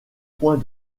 point